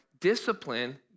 discipline